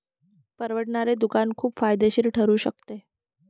परवडणारे दुकान खूप फायदेशीर ठरू शकते